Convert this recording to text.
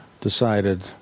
decided